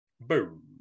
boom